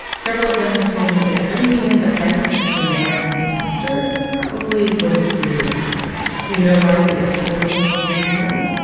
several of them have told me that bringing in the private sector more and faster probably would have really helped do you know why it took them so long to do that?